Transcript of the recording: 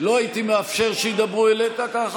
לא הייתי מאפשר שידברו אליך כך,